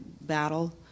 battle